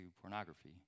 pornography